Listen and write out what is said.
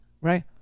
right